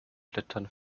blättern